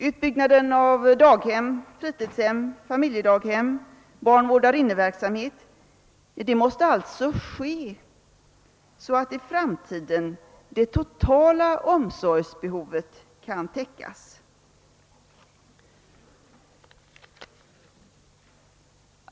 Utbyggnaden av daghem, fritidshem, familjedaghem och barnvårdarinneverksamhet måste alltså ske på ett sådant sätt att i framtiden det totala omsorgsbehovet kan täckas.